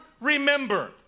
remember